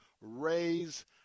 raise